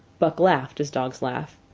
buck laughed, as dogs laugh,